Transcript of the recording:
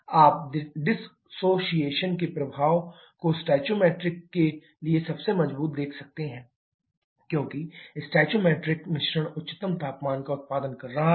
आप डिसोशियेशन के प्रभाव को स्टोइकोमेट्रिक मिश्रण के लिए सबसे मजबूत देख सकते हैं क्योंकि स्टोइकोमेट्रिक मिश्रण उच्चतम तापमान का उत्पादन करता है